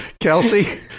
kelsey